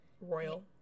royal